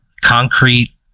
Concrete